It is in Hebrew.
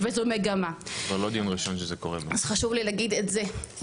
וזו מגמה אז חשוב לי להגיד את זה.